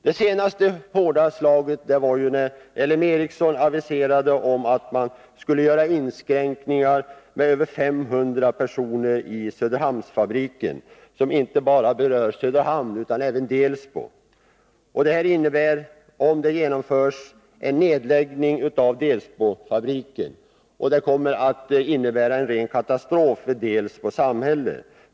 Det senaste hårda slaget var när LM Ericsson aviserade att man skulle göra inskränkningar med över 500 personer i Söderhamnsfabriken. Detta berör inte bara Söderhamn, utan även Delsbo. Om det genomförs, innebär det en nedläggning av Delsbofabriken, och det blir en ren katastrof för Delsbo samhälle.